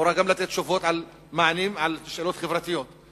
שאמורה לתת תשובות ומענים על שאלות חברתיות,